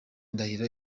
ndahiro